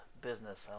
business